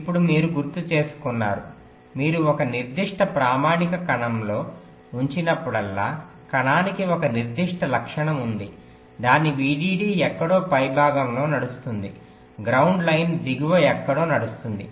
ఇప్పుడు మీరు గుర్తుచేసుకున్నారు మీరు ఒక నిర్దిష్ట ప్రామాణిక కణంలో ఉంచినప్పుడల్లా కణానికి ఒక నిర్దిష్ట లక్షణం ఉంది దాని VDD ఎక్కడో పైభాగంలో నడుస్తుంది గ్రౌండ్ లైన్ దిగువ ఎక్కడో నడుస్తుంది